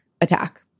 attack